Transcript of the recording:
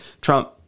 Trump